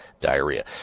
diarrhea